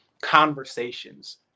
conversations